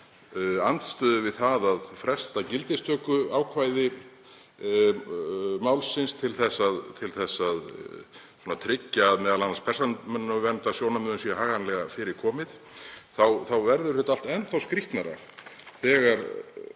andstöðu við það að fresta gildistökuákvæði málsins til þess að tryggja m.a. að persónuverndarsjónarmiðum sé haganlega fyrir komið, þá verður þetta allt enn skrýtnara